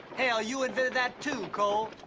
hell, you invented that, too, cole.